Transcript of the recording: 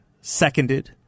seconded